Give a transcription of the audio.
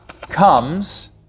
comes